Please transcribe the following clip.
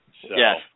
Yes